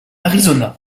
arizona